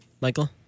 Michael